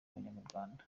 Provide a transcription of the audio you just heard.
abanyarwanda